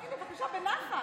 וגם את ההשכלה הגבוהה.